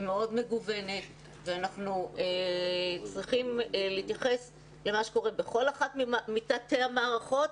היא מאוד מגוונת ואנחנו צריכים להתייחס למה שקורה בכל אחת מתתי המערכות.